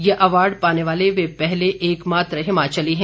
यह अवार्ड पाने वाले वे पहले एकमात्र हिमाचली हैं